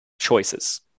choices